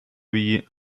wie